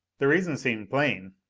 the reason seemed plain.